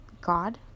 God